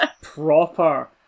proper